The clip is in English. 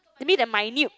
maybe the minute